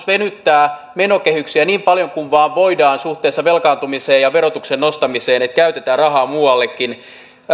venyttää menokehyksiä niin paljon kuin vain voidaan suhteessa velkaantumiseen ja verotuksen nostamiseen että käytetään rahaa muuallekin